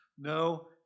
No